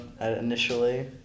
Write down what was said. Initially